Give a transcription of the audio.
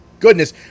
Goodness